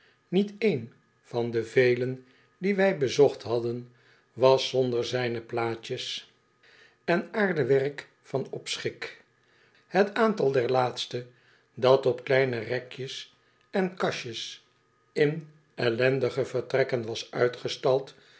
niet één van de velen die wij bezocht hadden was zonder zijne plaatjes en aardewerk van opschik t aantal der laatste dat op kleine rekjes en kastjes in ellendige vertrekken was uitgestald